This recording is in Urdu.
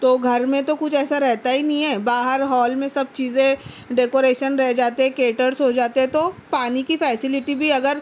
تو گھر میں تو کچھ ایسا رہتا ہی نہیں ہے باہر ہال میں سب چیزیں ڈیکوریشن رہ جاتے ہیں کیٹرس ہو جاتے ہیں تو پانی کی فیسیلیٹی بھی اگر